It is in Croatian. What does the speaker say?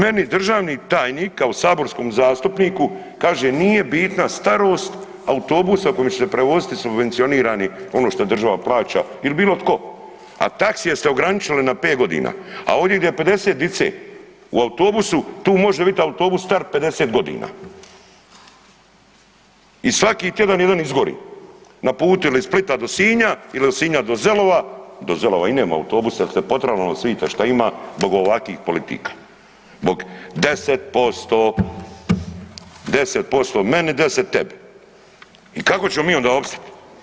Meni državni tajnik kao saborskom zastupniku kaže nije bitna starost autobusa kojim će se prevoziti subvencionirani, ono što država plaća il bilo tko, a taksije ste ograničili na 5.g., a ovdje gdje je 50 dice u autobusu tu može bit autobus star 50.g. i svaki tjedan jedan izgori na putu ili Splita do Sinja ili od Sinja do Zelova, do Zelova i nema autobusa jel ste potrali ono svita šta ima zbog ovakvih politika, zbog 10%, 10% meni, 10 tebi i kako ćemo mi onda opstat?